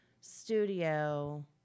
studio